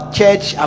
church